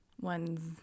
one's